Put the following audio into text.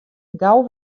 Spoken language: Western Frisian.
gau